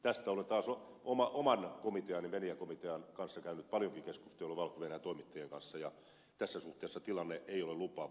tästä olen taas oman komiteani venäjä komitean kanssa käynyt paljonkin keskustelua valko venäjän toimittajien kanssa ja tässä suhteessa tilanne ei ole lupaava